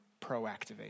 proactivate